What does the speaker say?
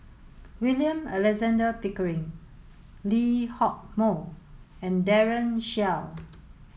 William Alexander Pickering Lee Hock Moh and Daren Shiau